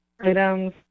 items